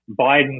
Biden